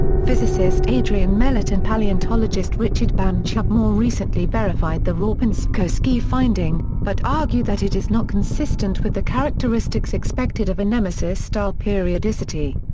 physicist adrian melott and paleontologist richard bambach have more recently verified the raup and sepkoski finding, but argue that it is not consistent with the characteristics expected of a nemesis-style periodicity.